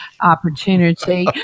opportunity